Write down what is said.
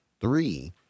Three